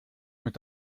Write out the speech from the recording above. mit